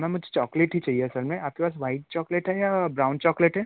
ma'am मुझे chocolate ही चाहिए असल में आपके पास व्हाइट चॉकलेट है या ब्राउन चॉकलेट है